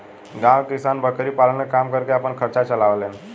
गांव के किसान बकरी पालन के काम करके आपन खर्चा के चलावे लेन